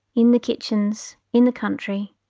in the kitchens, in the country,